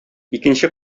икенче